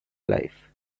life